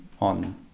on